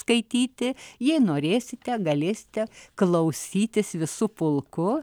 skaityti jei norėsite galėsite klausytis visu pulku